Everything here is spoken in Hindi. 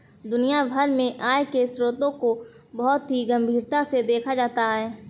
दुनिया भर में आय के स्रोतों को बहुत ही गम्भीरता से देखा जाता है